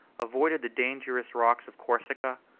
avoided the dangerous rocks of corsica,